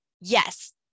yes